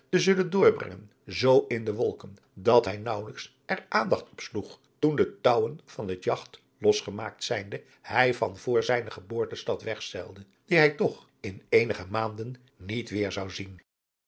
te zullen doorbrengen zoo in de wolken dat hij naauwelijks er aandacht op sloeg toen de touwen van het jagt los gemaakt zijnde hij van voor zijne geboortestad wegzeilde die hij toch in eenige maanden niet weêr zou zien